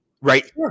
Right